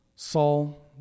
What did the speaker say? Saul